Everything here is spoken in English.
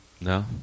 No